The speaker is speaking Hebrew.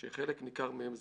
שחלק ניכר מהם זרים.